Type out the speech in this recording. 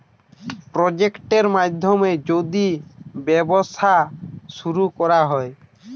project মাধ্যমে যদি ব্যবসা শুরু করা হয়